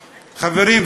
חברים,